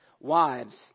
wives